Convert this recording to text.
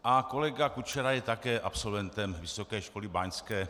A kolega Kučera je také absolventem Vysoké školy báňské.